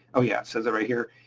oh yeah. says that right here.